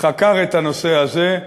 חקר את הנושא הזה,